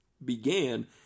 began